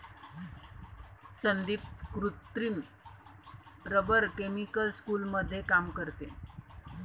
संदीप कृत्रिम rubber chemical स्कूलमध्ये काम करते